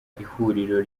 ihuriro